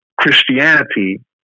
Christianity